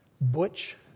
Butch